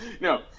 No